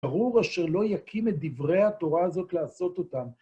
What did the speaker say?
ארור אשר לא יקים את דברי התורה הזאת לעשות אותם.